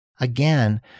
again